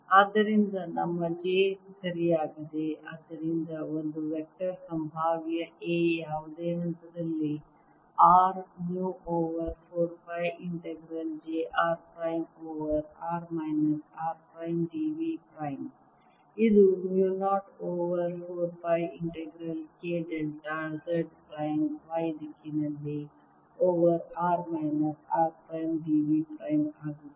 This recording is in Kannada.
ಆದ್ದರಿಂದ ನಮ್ಮ j ಸರಿಯಾಗಿದೆ ಆದ್ದರಿಂದ ಒಂದು ವೆಕ್ಟರ್ ಸಂಭಾವ್ಯ A ಯಾವುದೇ ಹಂತದಲ್ಲಿ r mu over 4 pi integral j r prime over r minus r prime d v prime ಇದು mu 0 over 4 pi integral k delta Z prime y ದಿಕ್ಕಿನಲ್ಲಿ over r minus r prime d v prime ಆಗಿದೆ